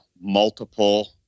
multiple